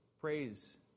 praise